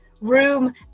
room